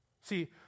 See